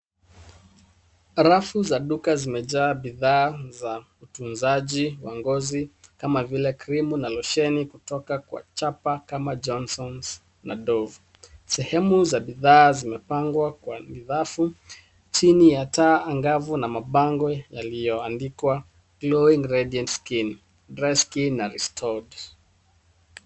Rafu za duka zimejaa bidhaa za utunzaji wa ngozi kama vile krimu na lotion kutoka kwa chapa kama Johnsons na Dove. Sehemu za bidhaa zimepangwa kwa nidhafu chini ya taa angavu na mabango yaliyoandikwa glowing radiant skin, dry skin na restored .